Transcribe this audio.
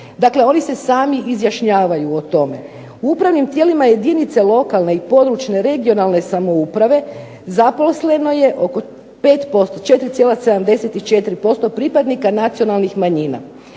Dakle oni se sami izjašnjavaju o tome. U upravnim tijelima jedinice lokalne i područne (regionalne) samouprave zaposleno je oko 5%, 4,74% pripadnika nacionalnih manjina.